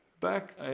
back